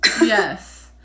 yes